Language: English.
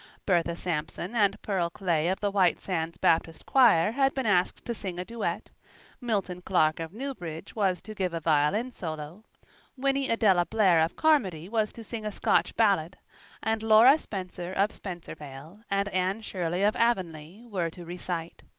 bertha sampson and pearl clay of the white sands baptist choir had been asked to sing a duet milton clark of newbridge was to give a violin solo winnie adella blair of carmody was to sing a scotch ballad and laura spencer of spencervale and anne shirley of avonlea were to recite.